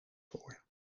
voor